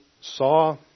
saw